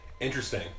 Interesting